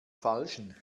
falschen